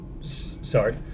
Sorry